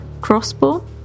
crossbow